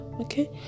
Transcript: okay